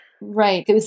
Right